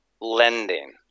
lending